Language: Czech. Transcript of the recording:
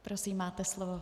Prosím, máte slovo.